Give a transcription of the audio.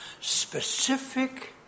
specific